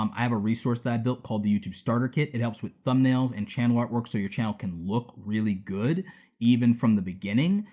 um i have a resource that i built called the youtube starter kit, it helps with thumbnails and channel artwork so your channel can look really good even from the beginning.